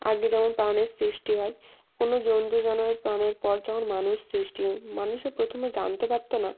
আগে যেমন প্রাণের সৃষ্টি হয় কোনো জন্তু জানোয়ার প্রাণের পর যখন মানুষ সৃষ্টি হয় মানুষও প্রথমে জানতে পারতো না